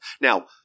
Now